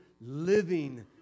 living